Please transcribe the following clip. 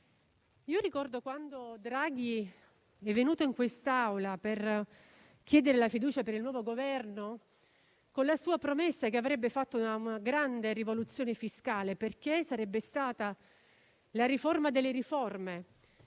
il presidente Draghi è venuto in quest'Aula a chiedere la fiducia per il nuovo Governo, con la promessa che avrebbe fatto una grande rivoluzione fiscale. Sarebbe stata la riforma delle riforme,